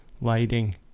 lighting